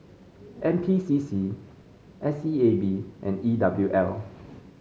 N P C C S E A B and E W L